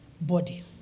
body